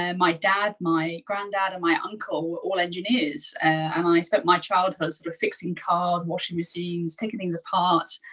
um my dad, my grandad, and my uncle were all engineers and i spent my childhood sort of fixing cars, washing machines, taking things apart.